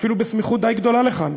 אפילו בסמיכות די גדולה לכאן,